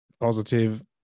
positive